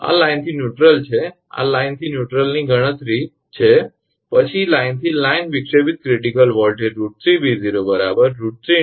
આ લાઇનથી ન્યૂટ્રલ છે આ લાઇનથી ન્યૂટ્રલની ગણતરી છે પછી લાઇનથી લાઇન વિક્ષેપિત ક્રિટીકલ વોલ્ટેજ √3 𝑉0 √3 × 57 98